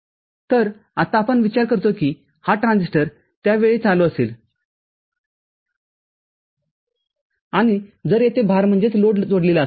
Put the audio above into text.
तर आत्ता आपण विचार करतो की हा ट्रान्झिस्टर त्या वेळी चालू असेल आणि जर येथे भार जोडलेला असेल